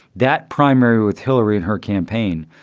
that primary with hillary and her campaign.